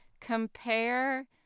compare